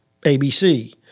ABC